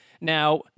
now